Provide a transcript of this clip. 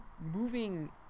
moving